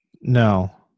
No